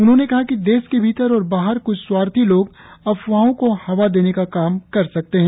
उन्होंने कहा कि देश के भीतर और बाहर क्छ स्वार्थी लोग अफवाहों को हवा देने का काम कर सकते हैं